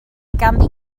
ganddi